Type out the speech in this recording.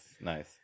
nice